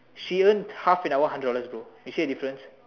she earn half an hour hundred dollars bro you see the difference